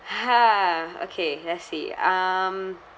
hmm okay let's see um